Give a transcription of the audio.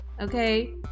okay